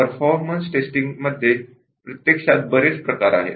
performance testing मध्ये प्रत्यक्षात बरेच प्रकार आहेत